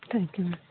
thank you ma'am